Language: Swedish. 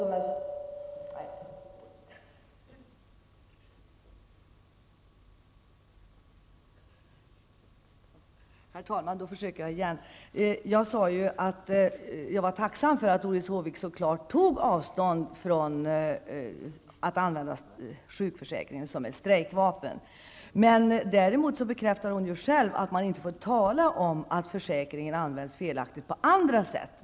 Herr talman! Doris Håvik måste ha hört upp litet dåligt. Jag sade att jag var tacksam för att Doris Håvik så klart tog avstånd från att använda sjukförsäkringen som ett strejkvapen. Men däremot bekräftar hon ju själv att man inte fått tala om att försäkringen använts felaktigt på andra sätt.